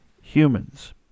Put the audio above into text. humans